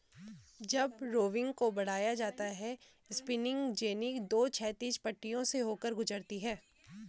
जब रोविंग को बढ़ाया जाता है स्पिनिंग जेनी दो क्षैतिज पट्टियों से होकर गुजरती है